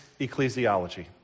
ecclesiology